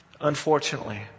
Unfortunately